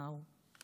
מה הוא".